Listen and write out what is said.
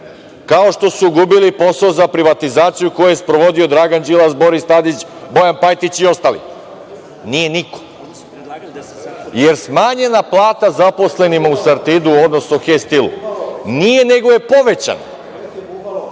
kao što su gubili posao za privatizaciju koju je sprovodio Dragan Đilas, Boris Tadić, Bojan Pajtić i ostali? Nije niko. Jel smanjena plata zaposlenima u "Sartidu", odnosno "Hestilu"? Nije, nego je povećana.